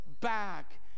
back